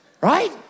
Right